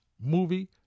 movie